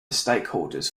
stakeholders